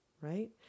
right